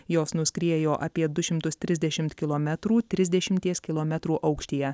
jos nuskriejo apie du šimtus trisdešimt kilometrų trisdešimties kilometrų aukštyje